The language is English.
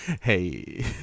Hey